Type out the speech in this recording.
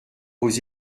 vos